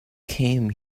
came